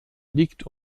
liegt